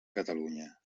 catalunya